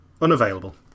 Unavailable